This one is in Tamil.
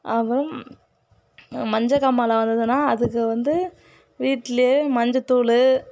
அப்புறம் மஞ்சக்காமாலை வந்ததுனால் அதுக்கு வந்து வீட்டிலேயே மஞ்சள்தூள்